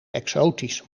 exotisch